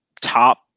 top